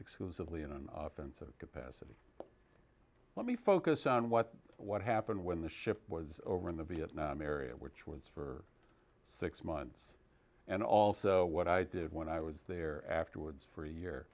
exclusively in an offensive capacity let me focus on what what happened when the ship was over in the vietnam area which was for six months and also what i did when i was there afterwards for a year